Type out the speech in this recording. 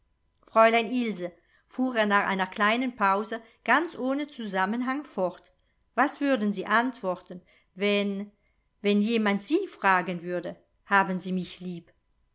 fräulein ilse fuhr er nach einer kleinen pause ganz ohne zusammenhang fort was würden sie antworten wenn wenn jemand sie fragen würde haben sie mich lieb